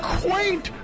quaint